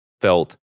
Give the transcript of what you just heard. felt